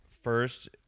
First